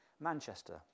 Manchester